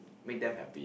make them happy